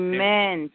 Amen